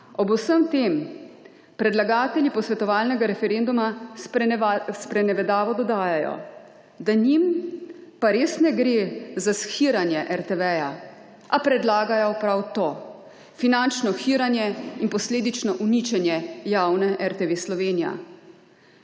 Ob vsem tem predlagatelji posvetovalnega referenduma sprenevedavo dodajajo, da njim pa res ne gre za shiranje RTV, a predlagajo prav to − finančno hiranje in posledično uničenje javne RTV Slovenija.